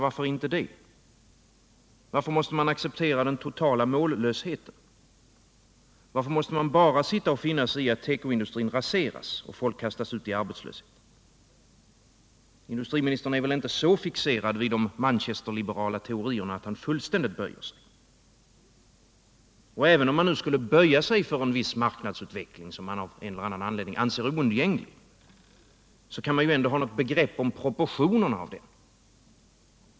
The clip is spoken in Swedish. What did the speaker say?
Varför inte det? Varför måste man acceptera den totala mållösheten? Varför måste man bara sitta och finna sig i att tekoindustrin raseras och folk kastas ut i arbetslöshet? Industriministern är väl inte så fixerad vid de manchesterliberala ekonomiska teorierna att han fullständigt böjer sig. Och även om man nu skulle böja sig för en viss marknadsutveckling som man av en eller annan anledning anser oundviklig, kan man ju ha något begrepp om proportionerna.